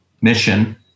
mission